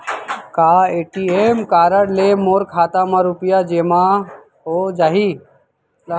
का ATM card ले मोर खाता म रुपिया जेमा हो जाही?